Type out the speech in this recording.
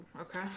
okay